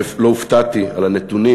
לא הופתעתי מהנתונים